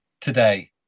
today